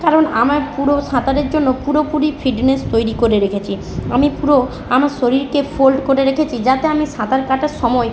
কারণ আমার পুরো সাঁতারের জন্য পুরোপুরি ফিটনেস তৈরি করে রেখেছি আমি পুরো আমার শরীরকে ফোল্ড করে রেখেছি যাতে আমি সাঁতার কাটার সময়